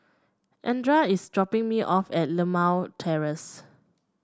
Andra is dropping me off at Limau Terrace